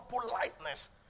politeness